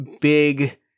big